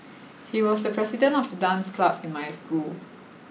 he was the president of the dance club in my school